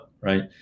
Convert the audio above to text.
right